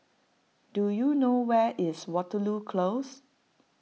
do you know where is Waterloo Close